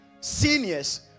seniors